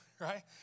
right